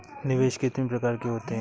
निवेश कितनी प्रकार के होते हैं?